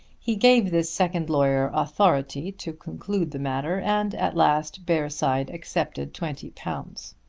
he gave this second lawyer authority to conclude the matter, and at last bearside accepted twenty pounds.